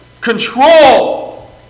control